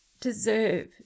deserve